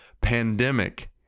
pandemic